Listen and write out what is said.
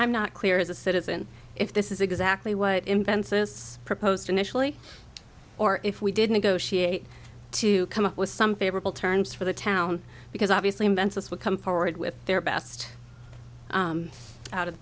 i'm not clear as a citizen if this is exactly what invensys proposed initially or if we didn't go she eight to come up with some favorable terms for the town because obviously invensys would come forward with their best out of